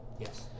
Yes